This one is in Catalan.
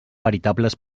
veritables